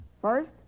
First